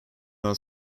not